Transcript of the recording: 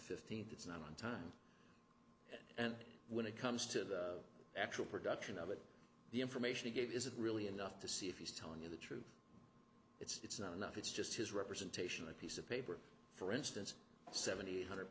fifteenth it's not on time and when it comes to the actual production of it the information he gave isn't really enough to see if he's telling you the truth it's not enough it's just his representation a piece of paper for instance seventy hundred